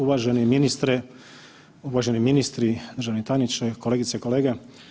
Uvaženi ministre, uvaženi ministri, državni tajniče, kolegice i kolege.